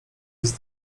list